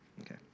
okay